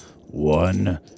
One